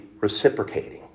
reciprocating